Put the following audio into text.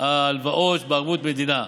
ההלוואות בערבות המדינה,